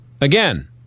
again